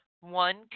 one